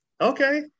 Okay